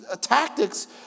tactics